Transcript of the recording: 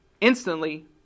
Instantly